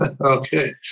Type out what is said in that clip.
Okay